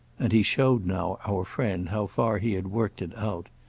and he showed now, our friend, how far he had worked it out.